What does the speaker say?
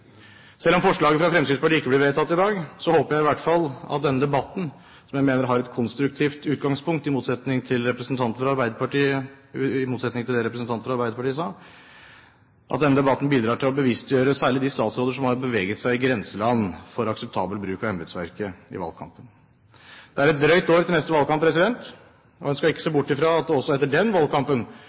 Selv om forslaget fra Fremskrittspartiet ikke blir vedtatt i dag, håper jeg i hvert fall at denne debatten som jeg mener har et konstruktivt utgangspunkt, i motsetning til det representanten fra Arbeiderpartiet sa, bidrar til å bevisstgjøre særlig de statsråder som har beveget seg i grenseland for akseptabel bruk av embetsverket i valgkampen. Det er et drøyt år til neste valgkamp, og en skal ikke se bort fra at det også etter den valgkampen